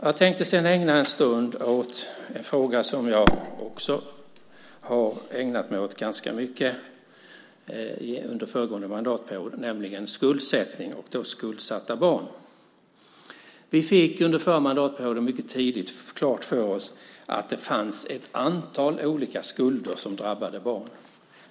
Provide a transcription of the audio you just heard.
Jag tänkte nu ägna en stund åt en fråga som jag har ägnat mig åt ganska mycket under föregående mandatperiod, nämligen skuldsatta barn. Vi fick under förra mandatperioden mycket tidigt klart för oss att det finns ett antal olika skulder som drabbar barn.